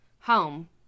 home